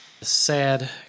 sad